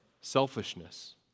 selfishness